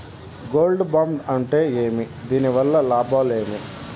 Gold bond అంటే ఏమి? దీని వల్ల లాభాలు ఏమి?